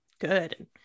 good